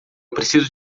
preciso